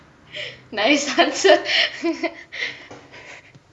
nice answer